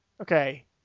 okay